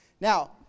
Now